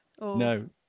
No